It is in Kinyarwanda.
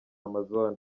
amazon